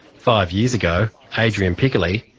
five years ago adrian piccoli,